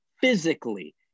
physically